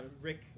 Rick